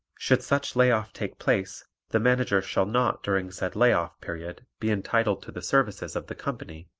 should such lay-off take place the manager shall not during said lay-off period be entitled to the services of the company